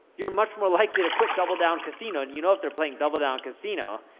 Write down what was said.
you're much more likely to quit double down casino and you know if they're playing double down casino,